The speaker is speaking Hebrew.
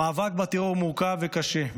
המאבק בטרור מורכב וקשה,